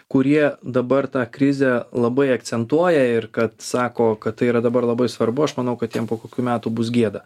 kurie dabar tą krizę labai akcentuoja ir kad sako kad tai yra dabar labai svarbu aš manau kad jiem po kokių metų bus gėda